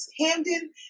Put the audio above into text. Hamden